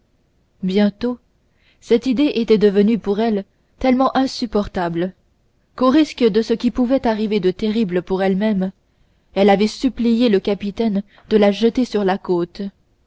bientôt cette idée était devenue pour elle tellement insupportable qu'au risque de ce qui pouvait arriver de terrible pour elle-même elle avait supplié le capitaine de la jeter sur la côte